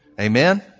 Amen